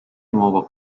nuovo